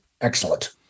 excellent